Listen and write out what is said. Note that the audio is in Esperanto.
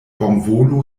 bonvolu